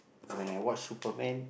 when I watch Superman